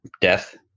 death